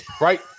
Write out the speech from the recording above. right